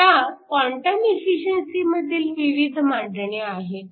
आता क्वांटम एफिशिअन्सीमध्ये विविध मांडणी आहेत